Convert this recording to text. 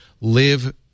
live